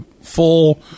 full